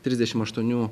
trisdešim aštuonių